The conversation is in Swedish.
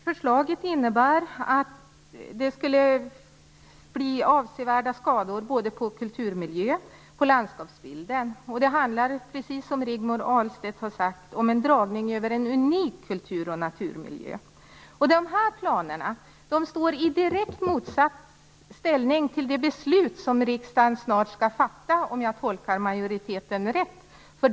Förslaget innebär att det skulle bli avsevärda skador både på kulturmiljö och på landskapsbild. Det handlar, precis som Rigmor Ahlstedt har sagt, om en dragning över en unik kultur och naturmiljö. De här planerna står i direkt motsatsställning till det beslut som riksdagen snart skall fatta, om jag tolkar majoriteten rätt.